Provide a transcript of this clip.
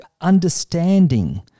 understanding